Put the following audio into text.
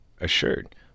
assured